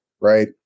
right